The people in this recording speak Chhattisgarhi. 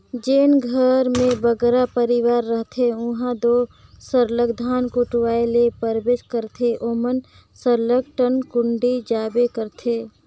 जेन घर में बगरा परिवार रहथें उहां दो सरलग धान कुटवाए ले परबे करथे ओमन सरलग धनकुट्टी जाबे करथे